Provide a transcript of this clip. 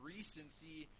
Recency